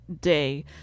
day